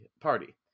party